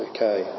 Okay